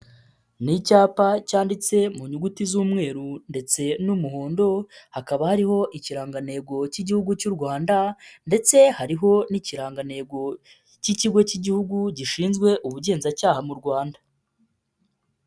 Ni icyapa cyanditse mu nyuguti z'umweru ndetse n'umuhondo, hakaba hariho ikirangantego cy'igihugu cy'u Rwanda ndetse hariho n'ikirangantego cy'ikigo cy'igihugu gishinzwe ubugenzacyaha mu Rwanda.